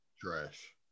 Trash